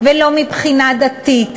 ולא מבחינה דתית.